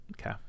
okay